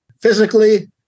physically